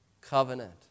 covenant